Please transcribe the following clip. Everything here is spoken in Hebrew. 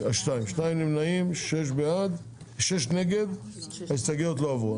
6 נמנעים, 2 לא אושר ההסתייגויות לא עברו.